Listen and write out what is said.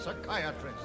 psychiatrist